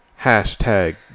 hashtag